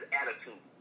attitude